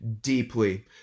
deeply